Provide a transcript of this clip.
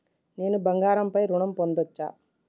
నేను బంగారం పై ఋణం పొందచ్చా?